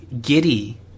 giddy